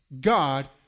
God